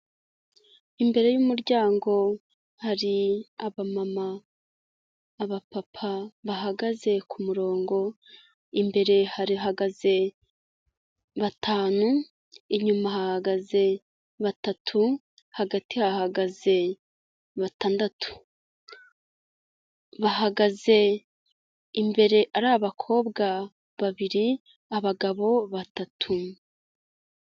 Imbere y'umuryango hari abamama, abapapa bahagaze ku murongo, imbere hari hahagaze batanu, inyuma hahagaze batatu, hagati hahagaze batandatu, bahagaze imbere ari abakobwa babiri, abagabo batatu.